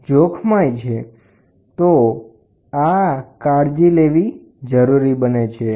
તો આ મુદ્દાની કાળજી લેવી જરૂરી બને છે